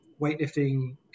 weightlifting